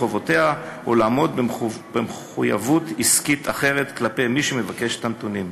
חובותיה או לעמוד במחויבות עסקית אחרת כלפי מי שמבקש את הנתונים.